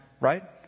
right